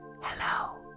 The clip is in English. Hello